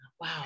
wow